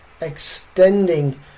extending